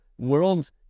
World